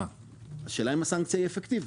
השאלה אם הסנקציה היא אפקטיבית?